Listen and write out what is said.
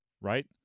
right